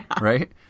Right